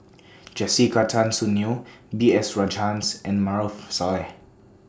Jessica Tan Soon Neo B S Rajhans and Maarof Salleh